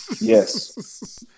Yes